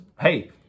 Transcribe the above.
hey